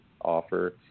offer